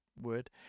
word